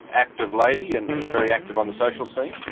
active lady, and very active on the social scene.